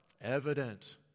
evident